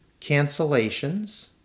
cancellations